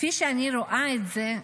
כפי שאני רואה את זה,